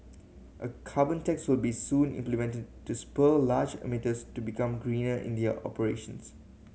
a carbon tax will be soon implemented to spur large emitters to become greener in their operations